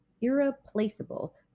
irreplaceable